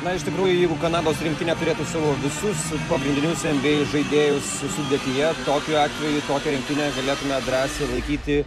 na iš tikrųjų jeigu kanados rinktinė turėtų savo visus pagrindinius nba žaidėjus sudėtyje tokiu atveju tokią rinktinę galėtume drąsiai laikyti